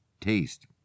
taste